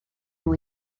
nhw